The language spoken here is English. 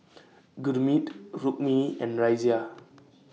Gurmeet Rukmini and Razia